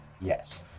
Yes